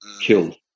killed